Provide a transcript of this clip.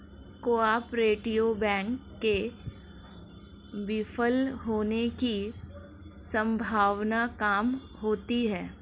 cooperative bank के विफल होने की सम्भावना काम होती है